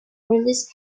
realize